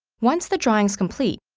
once the drawing's complete,